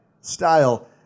style